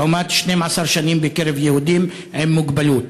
לעומת 12 שנים בקרב יהודים עם מוגבלות,